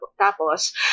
tapos